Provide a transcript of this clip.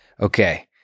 Okay